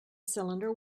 cylinder